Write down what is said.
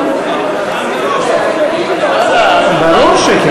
זה תוכנן מראש, ברור שכן,